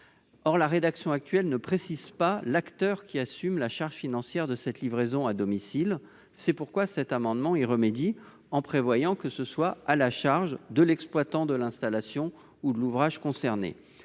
Or la rédaction actuelle ne précise pas l'acteur qui assume la charge financière de cette livraison à domicile. Cet amendement vise à y remédier en prévoyant que cette charge revienne à l'exploitant de l'installation ou de l'ouvrage concerné.